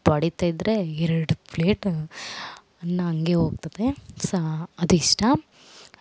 ಬಡಿತ ಇದ್ರೆ ಎರಡು ಪ್ಲೇಟ್ ಅನ್ನ ಹಂಗೆ ಹೋಗ್ತತೆ ಸಹ ಅದು ಇಷ್ಟ